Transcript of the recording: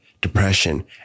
depression